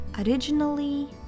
originally